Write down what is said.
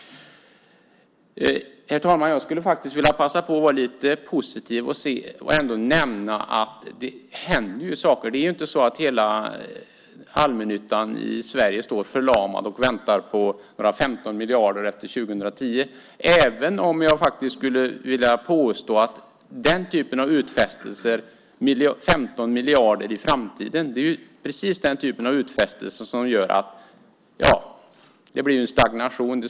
Herr talman! Jag skulle faktiskt vilja passa på att vara lite positiv och nämna att det händer saker. Det är inte så att hela allmännyttan i Sverige står förlamad och väntar på några 15 miljarder efter 2010. Jag skulle dock vilja påstå att den typen av utfästelser, 15 miljarder i framtiden, är precis den typ av utfästelser som gör att det blir en stagnation.